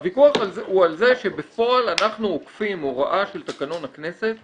הוויכוח הוא על זה שבפועל אנחנו עוקפים הוראה של תקנון הכנסת שאומרת: